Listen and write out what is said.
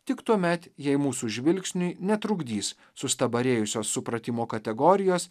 tik tuomet jei mūsų žvilgsniui netrukdys sustabarėjusios supratimo kategorijos